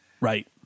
right